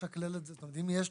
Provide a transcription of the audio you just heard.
והשקליים,